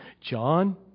John